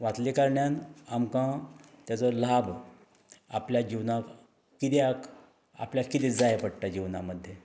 वाचले कारणान आमकां तेजो लाभ आपल्या जिवनाक किद्याक आपल्याक किदें जाय पडटा जिवना मद्धे